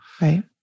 Right